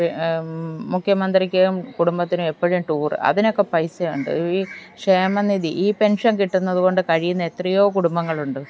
P മുഖ്യമന്ത്രിക്കും കുടുംബത്തിനും എപ്പോഴും ടൂർ അതിനൊക്കെ പൈസ ഉണ്ട് ഈ ക്ഷേമനിധി ഈ പെൻഷൻ കിട്ടുന്നതുകൊണ്ട് കഴിയുന്ന എത്രയോ കുടുംബങ്ങളുണ്ട്